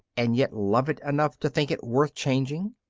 and yet love it enough to think it worth changing?